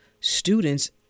students